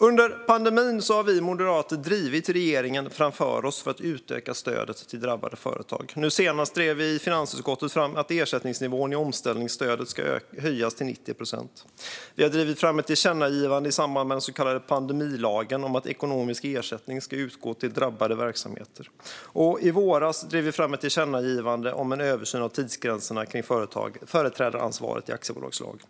Under pandemin har vi moderater drivit regeringen framför oss för att utöka stödet till drabbade företag. Nu senast drev vi i finansutskottet fram att ersättningsnivån i omställningsstödet ska höjas till 90 procent. Vi drev fram ett tillkännagivande i samband med den så kallade pandemilagen om att ekonomisk ersättning ska utgå till drabbade verksamheter. Och i våras drev vi fram ett tillkännagivande om en översyn av tidsgränserna för företrädaransvaret i aktiebolagslagen.